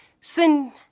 Sin